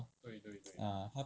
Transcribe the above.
ah 她